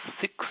six